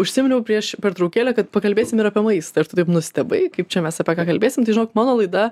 užsiminiau prieš pertraukėlę kad pakalbėsim ir apie maistą ir tu taip nustebai kaip čia mes apie ką kalbėsim tai žinok mano laida